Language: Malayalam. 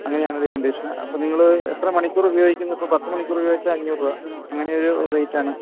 അങ്ങനെയാണൊരു കണ്ടീഷന് അപ്പോൾ നിങ്ങൾ എത്ര മണിക്കൂർ ഉപയോഗിക്കുന്നു അപ്പോൾ പത്ത് മണിക്കൂർ ഉപയോഗിച്ചാൽ അഞ്ഞൂറ് രൂപ അങ്ങനെയൊരു റേറ്റാണ്